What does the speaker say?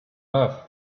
love